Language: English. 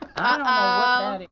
ah